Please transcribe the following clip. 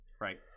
right